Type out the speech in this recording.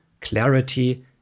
clarity